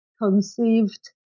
conceived